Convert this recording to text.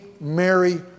Mary